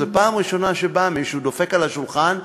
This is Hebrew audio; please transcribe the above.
זו פעם ראשונה שבא מישהו, דופק על השולחן ואומר: